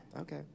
Okay